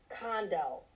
condo